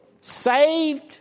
saved